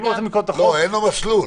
לא, אין לו מסלול.